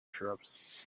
shrubs